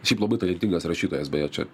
šiaip labai talentingas rašytojas beje čia